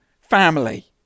family